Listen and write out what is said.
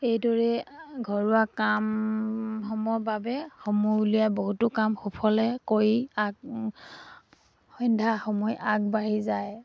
এইদৰে ঘৰুৱা কামসমূহৰ বাবে সময় উলিয়াই বহুতো কাম সুফলে কৰি আগ সন্ধা সময় আগবাঢ়ি যায়